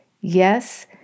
Yes